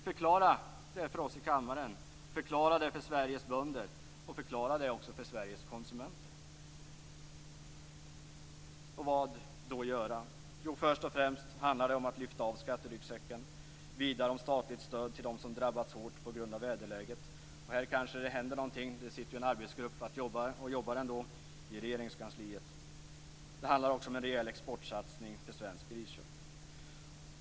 Förklara det för oss i kammaren, förklara det för Sveriges bönder, och förklara det också för Sveriges konsumenter. Vad skall man då göra? Först och främst handlar det om att lyfta av skatteryggsäcken. Vidare handlar det om statligt stöd till dem som drabbats hårt på grund av väderläget. Här kanske det händer något. En arbetsgrupp är ju tillsatt i Regeringskansliet för att arbeta med detta. Det handlar också om en rejäl exportsatsning på svenskt griskött.